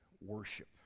worship